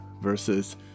versus